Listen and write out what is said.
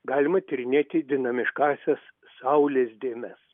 galima tyrinėti dinamiškąsias saulės dėmes